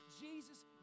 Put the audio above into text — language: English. Jesus